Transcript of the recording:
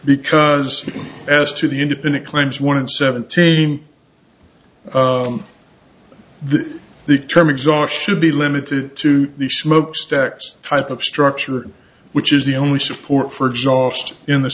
because as to the independent claims one and seventeen the term exhaust should be limited to the smokestacks type of structure which is the only support for exhaust in the